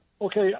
Okay